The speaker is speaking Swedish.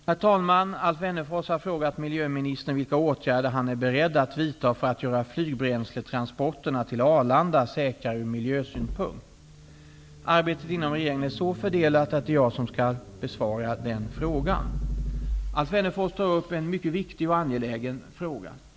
Herr talman! Alf Wennerfors har frågat miljöministern vilka åtgärder han är beredd att vidta för att göra flygbränsletransporterna till Arbetet inom regeringen är så fördelat att det är jag som skall svara på frågan. Alf Wennerfors tar upp en mycket viktig och angelägen fråga.